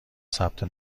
ثبت